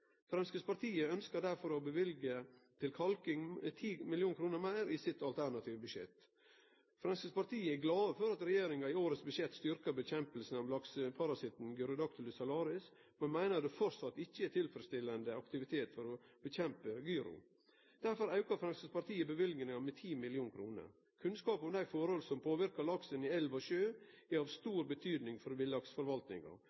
Framstegspartiet ønskjer derfor å løyve 10 mill. kr meir til kalking i sitt alternative budsjett. Framstegspartiet er glad for at regjeringa i årets budsjett styrkjer kampen mot lakseparasitten Gyrodactylus salaris, men meiner det framleis ikkje er tilfredsstillande aktivitet for å kjempe mot gyro. Derfor aukar Framstegspartiet løyvinga med 10 mill. kr. Kunnskap om dei forholda som påverkar laksen i elv og sjø, betyr mykje for villaksforvaltinga. Framstegspartiet er også oppteke av